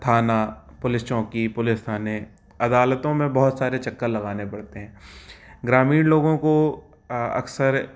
थाना पुलिस चौकी पुलिस थाने अदालतों में बहुत सारे चक्कर लगाने पड़ते हैं ग्रामीण लोगों को अक्सर